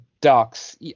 Ducks